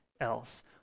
else